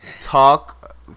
Talk